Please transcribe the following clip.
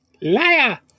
Liar